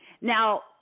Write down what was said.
Now